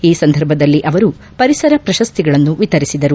ಈ ಸಂದರ್ಭದಲ್ಲಿ ಅವರು ಪರಿಸರ ಪ್ರಶಸ್ತಿಗಳನ್ನು ವಿತರಿಸಿದರು